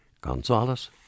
Gonzalez